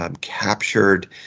Captured